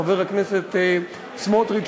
חבר הכנסת סמוטריץ,